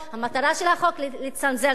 המטרה של החוק היא לצנזר שיח ציבורי.